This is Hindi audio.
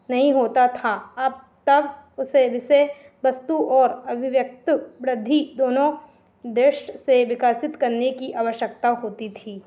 नहीं होता था अब तब उसे वस्तु और अभिव्यक्त बृद्धि दोनों से विकसित करने की आवश्यकता होती थी